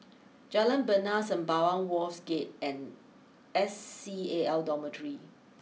Jalan Bena Sembawang Wharves Gate and S C A L Dormitory